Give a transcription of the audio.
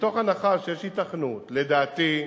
ומתוך הנחה שיש היתכנות, לדעתי,